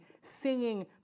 singing